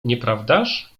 nieprawdaż